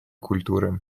культуры